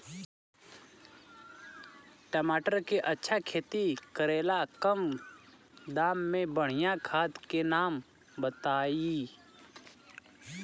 टमाटर के अच्छा खेती करेला कम दाम मे बढ़िया खाद के नाम बताई?